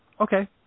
Okay